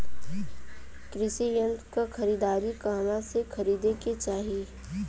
कृषि यंत्र क खरीदारी कहवा से खरीदे के चाही?